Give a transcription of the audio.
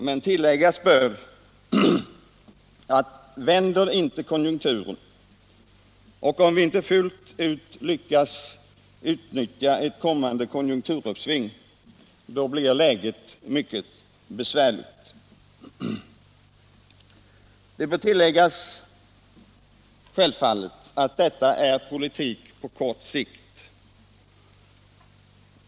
Men tilläggas bör att om konjunkturen inte vänder eller om vi inte fullt ut lyckas utnyttja ett kommande konjunkturuppsving, så blir läget mycket besvärligt. Det bör tilläggas att detta självfallet är en politik på kort sikt.